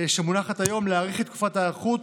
שמונחת היום להאריך את תקופת ההיערכות,